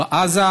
בעזה